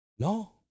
No